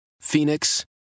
Phoenix